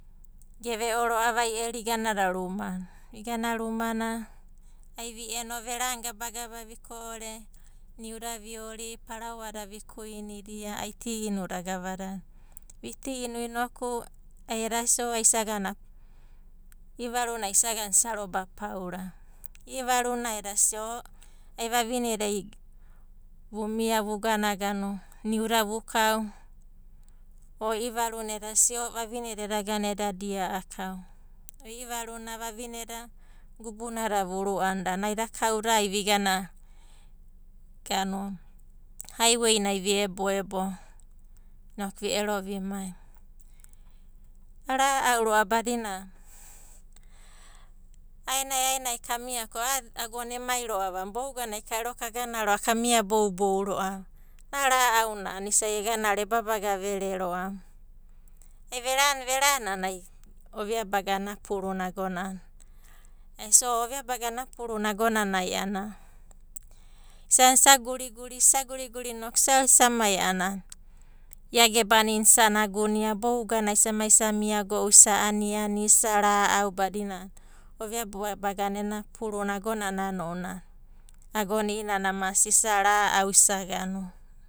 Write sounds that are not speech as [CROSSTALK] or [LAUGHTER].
Geve'o ro'ava iero igana ro'ava rumana. Igana rumana ai vi eno verani gabagaba viko'ore, niuda viori paraoa vikuinidia ai ti inu da gavadada. Vi ti inu inoku eda sia o ai isagana, i'ivaruna ai isa gana isa roba paura. I'ivaruna edasai o ai vavineda vumia vugana niuda vukau o i'ivaruna edasai o vavineda edagana eda dia'a kau. I'ivaruna vavineda gubunada vuru'anida naida kauda ai vigana [HESITATION] haiwei nai vi eboebo inoku vi ero vimai. Ara'au ro'ava badina aenai aena kamiava ko agona emai ro'ava a'ana bouganai ka'ero kagana ro'a ka mia boubou ro'ava. A'a ra'au na a'ana egana ro'ava e babaga vere ro'ava. Ai verani verani a'ana ovia bagana ena puruna agonana. O ovia bagana ena puruna agonanai a'ana. Isaga isa guriguri inoku isa ero isa mai a'ana ia gebana i'inana isa nagunia bouganai isa mai isa miago'u isa aniani, isa ra'au badina ovia bagana ena puruna agonana ounanai agona i'inana mas isa ra'au.